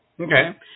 Okay